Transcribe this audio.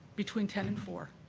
between ten and four.